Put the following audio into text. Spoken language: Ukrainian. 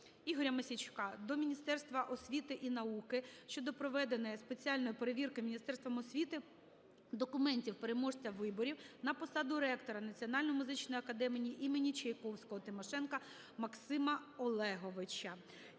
ІгоряМосійчука до Міністерства освіти і науки щодо проведеної спеціальної перевірки Міністерством освіти документівпереможця виборів на посаду ректора Національної музичної академії ім. П.І. Чайковського -Тимошенка Максима Олеговича.